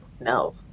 No